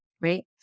Right